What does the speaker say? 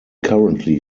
currently